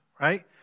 right